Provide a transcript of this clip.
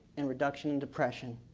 and reduction in depression.